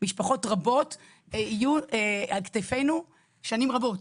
משפחות רבות יהיו על כתפינו שנים רבות.